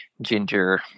Ginger